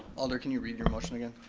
alder can you read your motion again?